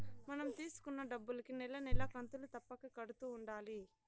మనం తీసుకున్న డబ్బులుకి నెల నెలా కంతులు తప్పక కడుతూ ఉండాలి